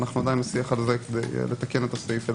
אנחנו עדיין בשיח על זה כדי לתקן את הסעיף.